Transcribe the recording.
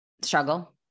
struggle